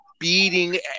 beating